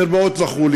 מרפאות וכו'.